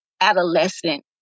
adolescent